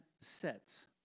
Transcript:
sets